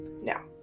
Now